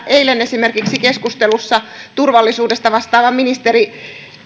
eilen keskustelussa turvallisuudesta vastaava ministeri